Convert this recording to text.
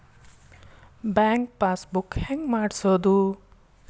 Bank passbook ಹೆಂಗ್ ಮಾಡ್ಸೋದು?